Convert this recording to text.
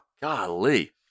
Golly